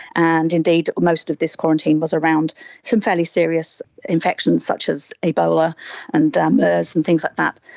and indeed, most of this quarantine was around some fairly serious infections such as ebola and mers and things like that.